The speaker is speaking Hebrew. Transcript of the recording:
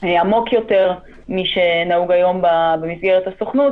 עמוק יותר מכפי שנהוג היום במסגרת הסוכנות